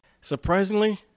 Surprisingly